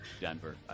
Denver